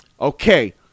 Okay